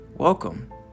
Welcome